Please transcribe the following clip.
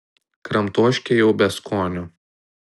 kramtoškė jau be skonio